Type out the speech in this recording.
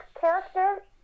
character